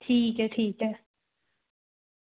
ठीक ऐ ठीक ऐ